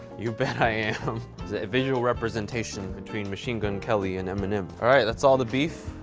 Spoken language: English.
you bet i am. it's a visual representation between machine gun kelly and eminem. alright, that's all the beef.